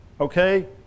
Okay